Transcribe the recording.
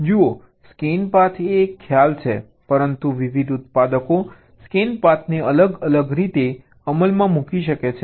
જુઓ scan path એ એક ખ્યાલ છે પરંતુ વિવિધ ઉત્પાદકો સ્કેન પાથને અલગ અલગ રીતે અમલમાં મૂકી શકે છે